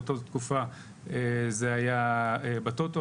באותה תקופה זה היה בטוטו,